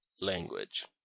language